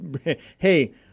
Hey